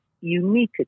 unique